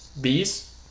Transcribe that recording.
Bees